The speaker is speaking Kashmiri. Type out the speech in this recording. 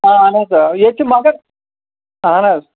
آ اَہَن حظ آ ییٚتہِ چھُ مَگر اَہَن حظ